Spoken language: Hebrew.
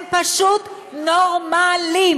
הם פשוט נורמליים.